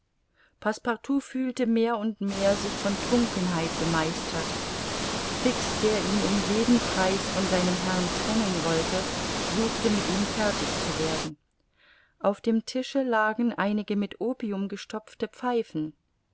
passepartout fühlte mehr und mehr sich von trunkenheit bemeistert fix der ihn um jeden preis von seinem herrn trennen wollte suchte mit ihm fertig zu werden auf dem tische lagen einige mit opium gestopfte pfeifen